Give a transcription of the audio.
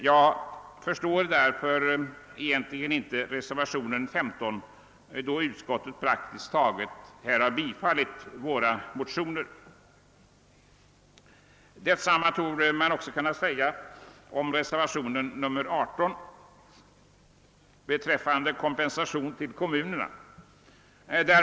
Jag förstår egentligen inte reservationen 15, eftersom utskottet praktiskt taget bifallit våra motioner. Detsamma torde också kunna sägas om reservationen 18 beträffande kompensation till kommunerna.